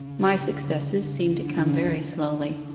my successes seem to come very slowly.